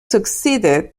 succeeded